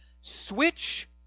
switch